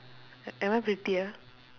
am I prettier